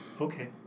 okay